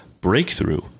breakthrough